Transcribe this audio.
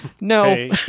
No